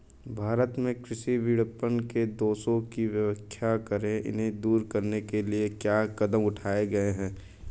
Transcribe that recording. भारत में कृषि विपणन के दोषों की व्याख्या करें इन्हें दूर करने के लिए क्या कदम उठाए गए हैं?